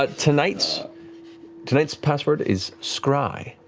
but tonight's tonight's password is scry,